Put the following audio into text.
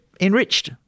enriched